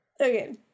Okay